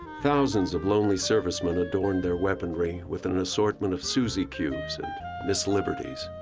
thousands of lonely servicemen adorned their weaponry with an assortment of suzie qs qs and miss liberties.